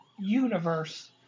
universe